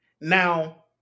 Now